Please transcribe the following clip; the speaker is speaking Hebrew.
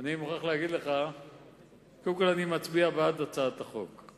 אני מצביע בעד הצעת החוק,